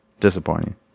disappointing